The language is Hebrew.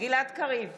גלעד קריב,